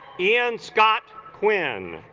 ian scott quinn